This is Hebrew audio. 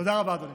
תודה רבה, אדוני.